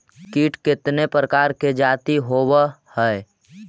कीट कीतने प्रकार के जाती होबहय?